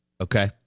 Okay